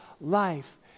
life